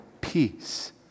peace